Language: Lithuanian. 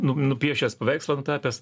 nu nupiešęs paveikslą nutapęs